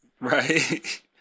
right